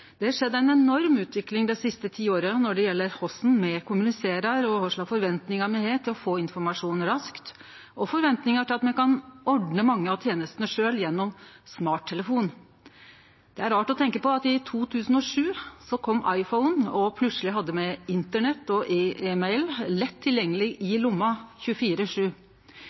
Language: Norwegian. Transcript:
Det er skjedd ei enorm utvikling dei siste ti åra når det gjeld korleis me kommuniserer, kva forventingar me har til å få informasjon raskt, og til at me kan ordne mange av tenestene sjølve gjennom smarttelefonen. Det er rart å tenkje på at i 2007 kom iPhone, og plutseleg hadde me internett og e-mail lett tilgjengeleg i lomma,